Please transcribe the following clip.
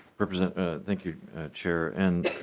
represent thank you chair and